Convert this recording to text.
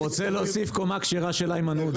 הוא רוצה להוסיף קומה כשרה לאיימן עודה.